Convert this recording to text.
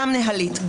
גם נהלית,